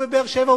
ובבאר-שבע,